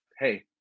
Hey